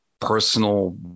personal